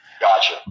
Gotcha